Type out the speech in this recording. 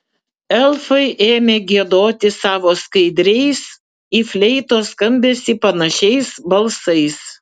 elfai ėmė giedoti savo skaidriais į fleitos skambesį panašiais balsais